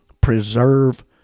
preserve